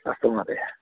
अस्तु महोदय